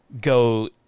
go